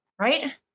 Right